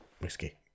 whiskey